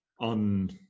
on